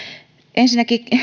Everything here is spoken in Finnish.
ensinnäkin